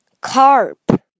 carp